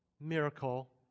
Miracle